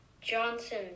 Johnson